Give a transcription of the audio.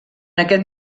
aquest